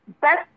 best